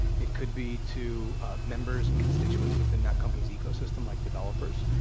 it could be to members and constituents within that company's ecosystem, like developers,